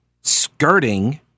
skirting